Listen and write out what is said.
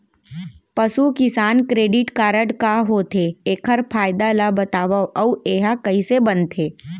पसु किसान credit card का होथे, एखर फायदा ला बतावव अऊ एहा कइसे बनथे?